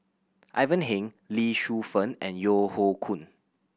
Ivan Heng Lee Shu Fen and Yeo Hoe Koon